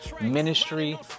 ministry